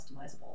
customizable